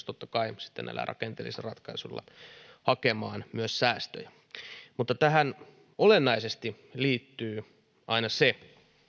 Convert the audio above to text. totta kai sitten näillä rakenteellisilla ratkaisuilla hakemaan myös säästöjä mutta tähän olennaisesti liittyy aina se